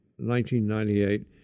1998